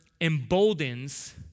emboldens